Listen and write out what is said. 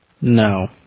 No